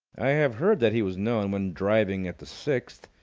i have heard that he was known, when driving at the sixth,